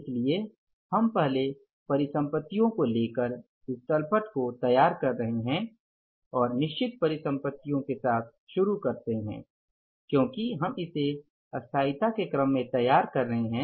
इसलिए हम पहले परिसंपत्तियों को ले कर इस तल पट को तैयार कर रहे हैं और निश्चित परिसंपत्तियों के साथ शुरू करते है क्योंकि हम इसे स्थायीता के क्रम में तैयार कर रहे हैं